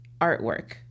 artwork